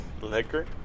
Liquor